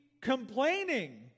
complaining